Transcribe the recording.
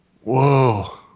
Whoa